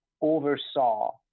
oversaw